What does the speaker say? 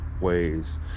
ways